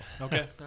Okay